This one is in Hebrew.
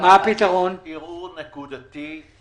ואפשר לייצר פתרון הדרגתי,